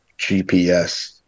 GPS